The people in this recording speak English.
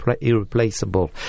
irreplaceable